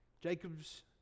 Jacob's